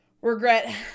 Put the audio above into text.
regret